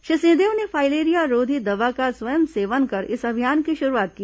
श्री सिंहदेव ने फाइलेरिया रोधी दवा का स्वयं सेवन कर इस अभियान की शुरूआत की